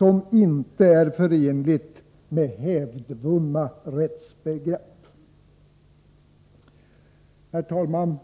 och inte är förenlig med hävdvunna rättsbegrepp. Herr talman!